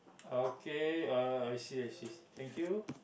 okay uh I see I see thank you